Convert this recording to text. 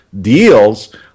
deals